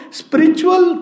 spiritual